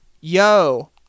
Yo